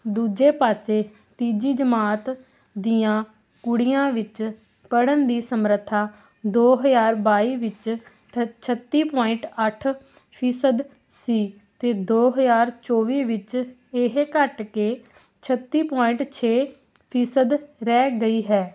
ਦੂਜੇ ਪਾਸੇ ਤੀਜੀ ਜਮਾਤ ਦੀਆਂ ਕੁੜੀਆਂ ਵਿੱਚ ਪੜ੍ਹਨ ਦੀ ਸਮਰੱਥਾ ਦੋ ਹਜ਼ਾਰ ਬਾਈ ਵਿੱਚ ਠ ਛੱਤੀ ਪੁਆਇੰਟ ਅੱਠ ਫੀਸਦ ਸੀ ਅਤੇ ਦੋ ਹਜ਼ਾਰ ਚੌਵੀ ਵਿੱਚ ਇਹ ਘੱਟ ਕੇ ਛੱਤੀ ਪੁਆਇੰਟ ਛੇ ਫੀਸਦ ਰਹਿ ਗਈ ਹੈ